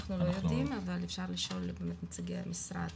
אנחנו לא יודעים, אבל אפשר לשאול את נציגי המשרד